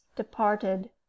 departed